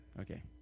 Okay